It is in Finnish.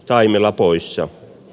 taimela poissa